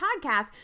podcast